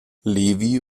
levy